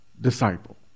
disciple